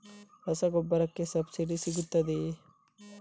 ರಸಗೊಬ್ಬರಕ್ಕೆ ಸಬ್ಸಿಡಿ ಸಿಗುತ್ತದೆಯೇ?